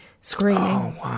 screaming